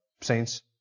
saints